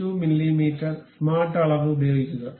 32 millimetre smart അളവ് ഉപയോഗിക്കുക